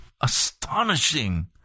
Astonishing